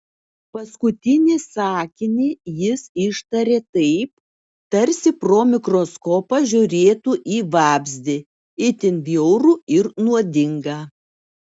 paskutinį sakinį jis ištarė taip tarsi pro mikroskopą žiūrėtų į vabzdį itin bjaurų ir nuodingą